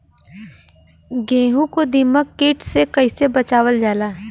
गेहूँ को दिमक किट से कइसे बचावल जाला?